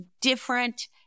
different